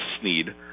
Sneed